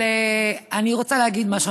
אני רוצה להגיד משהו.